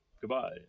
Goodbye